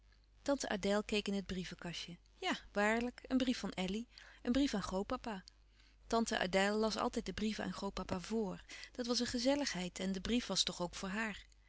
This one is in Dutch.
adèle keek in het brievenkastje ja waarlijk een brief van elly een brief aan grootpapa tante adèle las altijd de brieven aan grootpapa voor dat was een gezelligheid en de brief was toch ook voor haar